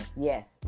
yes